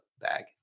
bag